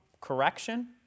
correction